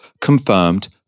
confirmed